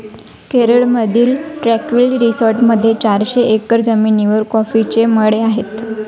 केरळमधील ट्रँक्विल रिसॉर्टमध्ये चारशे एकर जमिनीवर कॉफीचे मळे आहेत